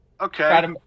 Okay